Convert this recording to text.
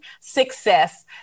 success